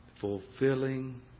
fulfilling